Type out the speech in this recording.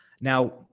Now